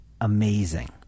amazing